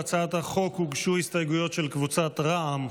להצעת החוק הוגשו הסתייגויות של קבוצת סיעת רע"מ,